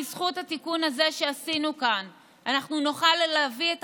בזכות התיקון הזה שעשינו כאן אנחנו נוכל להביא את